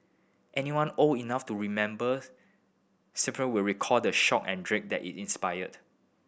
anyone old enough to remember will recall the shock and dread that it inspired